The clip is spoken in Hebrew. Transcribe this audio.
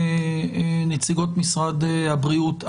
נציגות משרד הבריאות,